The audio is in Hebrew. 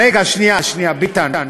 רגע, שנייה, שנייה, שנייה.